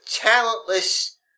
talentless